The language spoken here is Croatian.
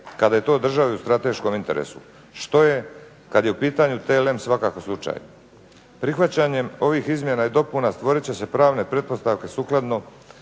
kada je to državi u strateškom interesu što je kad je u pitanju TLM svakako slučaj. Prihvaćanjem ovih izmjena i dopuna stvorit će se pravne pretpostavke sukladno